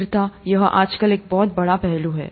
स्थिरता यह आजकल एक बहुत बड़ा पहलू है